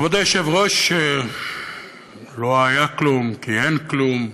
כבוד היושב-ראש, לא היה כלום כי אין כלום,